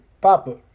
Papa